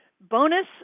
bonus